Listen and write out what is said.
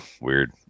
Weird